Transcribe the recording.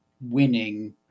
winning